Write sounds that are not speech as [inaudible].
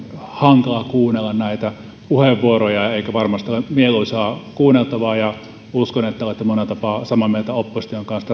hankala kuunnella näitä puheenvuoroja eikä varmasti ole mieluisaa kuunneltavaa ja uskon että olette monella tapaa samaa mieltä opposition kanssa [unintelligible]